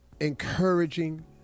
encouraging